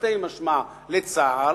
תרתי משמע, לצה"ל?